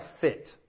fit